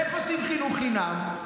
איך עושים חינוך חינם?